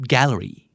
Gallery